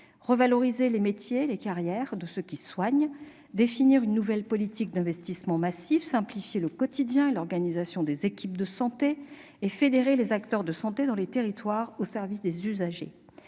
revaloriser les métiers et les carrières de ceux qui soignent ; définir une nouvelle politique d'investissement massive ; simplifier le quotidien et l'organisation des équipes de santé ; enfin, fédérer les acteurs de santé dans les territoires au service des usagers.